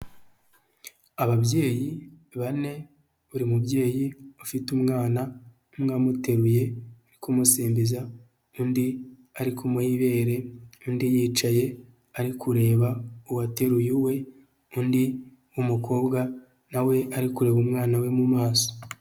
Ababyeyi bane, buri mubyeyi ufite umwana umwemuteruye kumusingiza undi ari kumuha ibere, undi yicaye ari kureba uwateruye uwe, undi w'umukobwa nawe ari kureba umwana we mu maso.